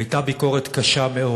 הייתה ביקורת קשה מאוד,